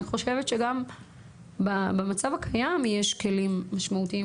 חושבת שגם במצב הקיים יש כלים משמעותיים,